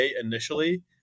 initially